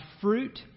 fruit